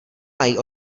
mají